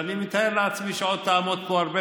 ואני מתאר לעצמי שעוד תעמוד פה הרבה